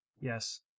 Yes